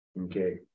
Okay